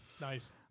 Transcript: Nice